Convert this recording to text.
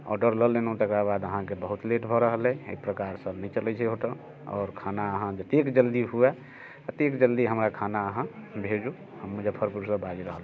order लऽ लेलहुँ तकरा बाद अहाँकेँ बहुत लेट भऽ रहल अइ एहि प्रकारसँ नहि चलैत छै होटल आओर खाना अहाँ जतेक जल्दी हुए ततेक जल्दी हमरा खाना अहाँ भेजू हम मुजफ्फरपुरसँ बाजि रहल छी